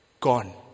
Gone